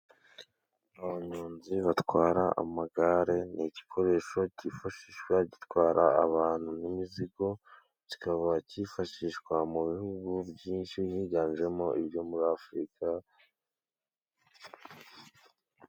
Abanyonzi batwara amagare ni igikoresho cyifashishwa gitwara abantu n'imizigo , kikaba cyifashishwa mu bihugu byinshi higanjemo ibyo muri Afurika.